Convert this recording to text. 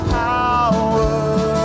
power